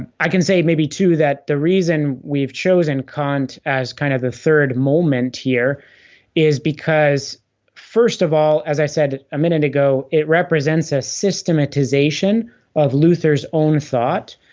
um i can say maybe too that the reason we've chosen kant as kind of the third moment here is because first of all, as i said a minute ago, it represents a systematization of luther's own thought,